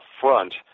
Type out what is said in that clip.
front